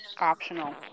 optional